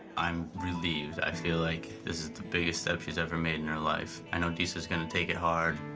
i'm relieved. i feel like this is the biggest step she's ever made in her life. i know disa's gonna take it hard,